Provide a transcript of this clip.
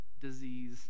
disease